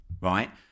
right